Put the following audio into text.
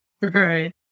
Right